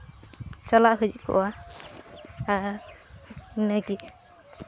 ᱪᱟᱞᱟᱜ ᱦᱮᱡ ᱠᱚᱜᱼᱟ ᱟᱨ ᱤᱱᱟᱹ ᱜᱮ